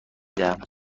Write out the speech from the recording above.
دهم